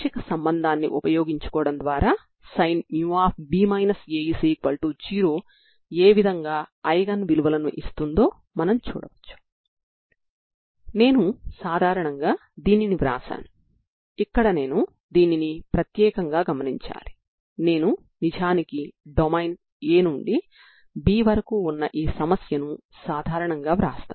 c1ని non జీరోగా తీసుకోవడం ద్వారా అటువంటి విలువలకు మీరు నాన్ జీరో పరిష్కారాన్ని కలిగి ఉన్నారని అర్థం